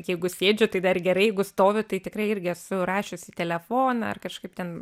jeigu sėdžiu tai dar gerai jeigu stoviu tai tikrai irgi esu rašius į telefoną ar kažkaip ten